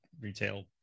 retail